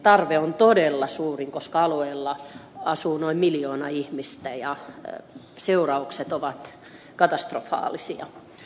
tarve hammashoidosta on todella suuri koska alueella asuu noin miljoona ihmistä ja seuraukset hoidon puutteesta ovat katastrofaalisia